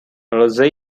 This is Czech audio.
lze